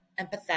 empathetic